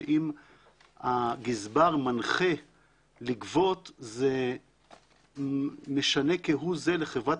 שאם הגזבר מנחה לגבות זה משנה כהוא זה לחברת